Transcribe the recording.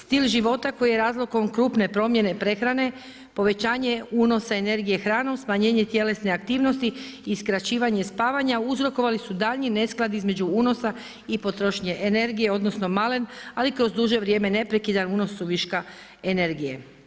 Stil života koji je razlogom krupne promjene prehrane, povećanje unosa energije hranom, smanjenje tjelesne aktivnosti i skraćivanje spavanja uzrokovali su daljnji nesklad između unosa i potrošnje energije odnosno malen ali kroz duže vrijeme neprekidan unos viška energije.